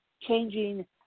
changing